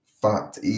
fact